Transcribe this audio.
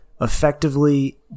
effectively